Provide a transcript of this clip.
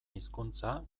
hizkuntza